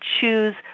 choose